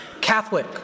Catholic